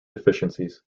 deficiencies